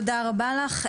תודה רבה לך.